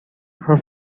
her